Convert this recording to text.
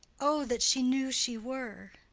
o that she knew she were!